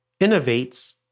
innovates